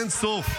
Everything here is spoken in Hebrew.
אין-סוף.